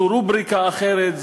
זו רובריקה אחרת,